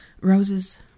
Rose's